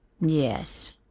Yes